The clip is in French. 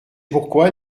pourquoi